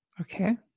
Okay